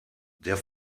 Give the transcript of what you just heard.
der